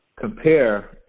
compare